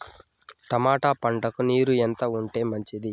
Tomato పంటకు నీరు ఎంత ఉంటే మంచిది?